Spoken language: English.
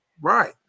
Right